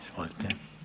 Izvolite.